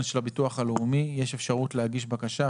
של הביטוח הלאומי יש אפשרות להגיש בקשה,